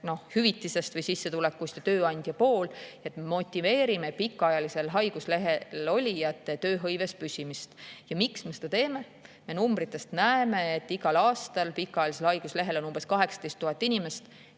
pool hüvitisest või sissetulekust ja tööandja pool. Nii me motiveerime pikaajalisel haiguslehel olijate tööhõives püsimist. Ja miks me seda teeme? Me näeme numbritest, et igal aastal on pikaajalisel haiguslehel umbes 18 000 inimest